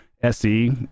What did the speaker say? SE